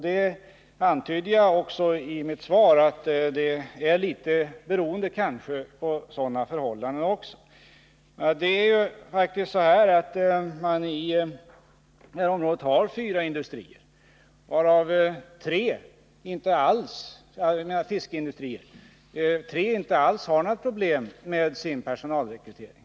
Jag antydde i mitt svar att svårigheter att rekrytera i någon mån beror på sådana förhållanden också. Vad beträffar Simrishamn är det ju faktiskt så att man i området har fyra fiskindustrier, av vilka tre inte har några uttalade problem med sin personalrekrytering.